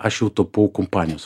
aš jau tapau kompanijos